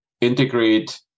integrate